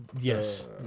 Yes